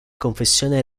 confessione